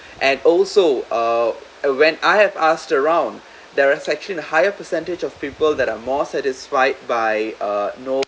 and also uh when I have asked around there's actually a higher percentage of people that are more satisfied by uh no